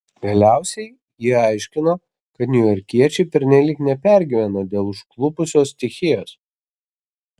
galiausiai ji aiškino kad niujorkiečiai pernelyg nepergyveno dėl užklupusios stichijos